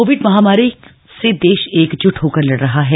Covid महामारी से देश एकजुट होकर लड़ रहा है